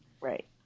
Right